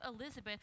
Elizabeth